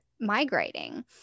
migrating